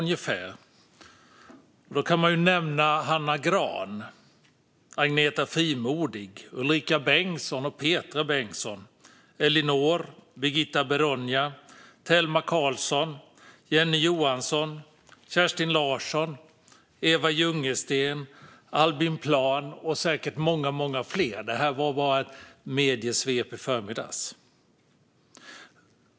Jag kan nämna Hanna Grahn, Agneta Frimodig, Ulrika Bengtsson, Petra Bengtsson, Ellinor, Birgitta Beronja, Thelma Carlson, Jenny Johansson, Kerstin Larsson, Eva Ljungsten, Albin Plahn och säkert många fler. Detta var bara ett mediesvep i förmiddags.